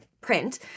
print